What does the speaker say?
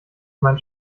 mein